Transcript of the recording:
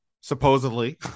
supposedly